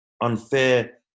unfair